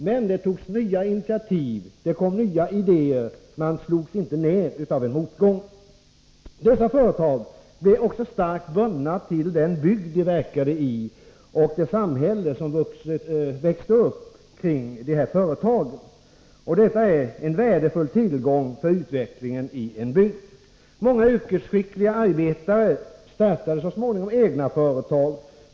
Men det togs nya initiativ, och det kom nya idéer. Man slogs inte ned av en motgång. Dessa företag blev också starkt bundna till den bygd som de verkade i och det samhälle som växte upp kring dessa företag. Detta är en värdefull tillgång för utvecklingen i en bygd. Många yrkesskickliga arbetare startade så småningom egna företag.